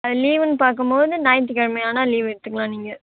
லீவுன்னு பார்க்கும்மோது ஞாயிற்றுக்கிழமை ஆனா லீவ் எடுத்துக்கலாம் நீங்கள்